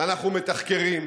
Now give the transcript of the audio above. אנחנו מתחקרים,